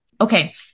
Okay